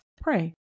pray